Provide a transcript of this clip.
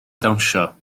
dawnsio